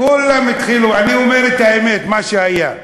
כולם התחילו, אני אומר את האמת, מה שהיה.